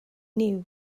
new